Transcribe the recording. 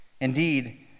Indeed